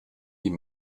die